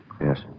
Yes